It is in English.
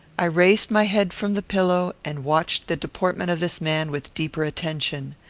i raised my head from the pillow, and watched the deportment of this man with deeper attention.